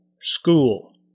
school